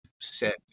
set